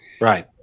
Right